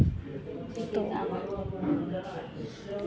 तो